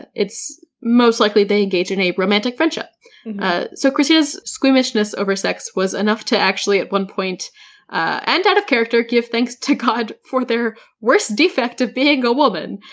and it's most likely they engaged in a romantic friendship. v ah so kristina's squeamishness over sex was enough to actually at one point and out of character, give thanks to god for their worst defect of being a woman,